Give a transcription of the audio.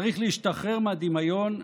צריך להשתחרר מהדמיון,